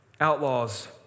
Outlaws